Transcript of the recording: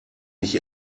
mich